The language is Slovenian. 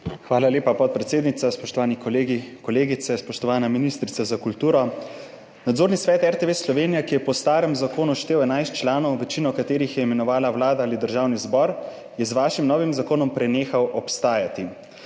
Hvala lepa, podpredsednica. Spoštovani kolegi, kolegice, spoštovana ministrica za kulturo! Nadzorni svet RTV Slovenija, ki je po starem zakonu štel 11 članov, večino katerih sta imenovala Vlada ali Državni zbor, je z vašim novim zakonom prenehal obstajati.